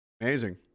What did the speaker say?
Amazing